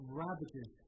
ravages